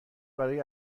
برای